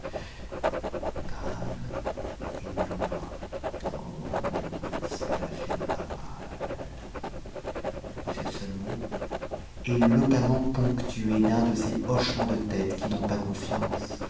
grave il murmura oh cela finira mal et ce seul mot éloquemment ponctué d'un de ces hochements de tête qui n'ont pas confiance